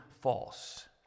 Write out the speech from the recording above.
false